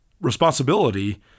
responsibility